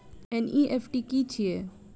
NEFT की छीयै?